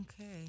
okay